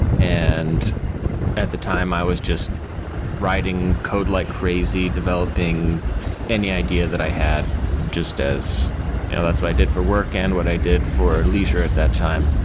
and at the time, i was just writing code like crazy, developing any idea that i had just as you know that's what i did for work and what i did for leisure at that time.